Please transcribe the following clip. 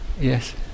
Yes